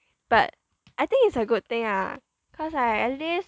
but I think it's a good thing ah cause I at least